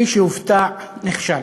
מי שהופתע נכשל,